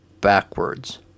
backwards